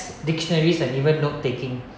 dictionaries and even note taking